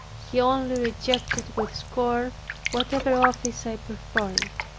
he only rejected with scorn whatever office i performed.